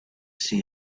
see